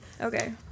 Okay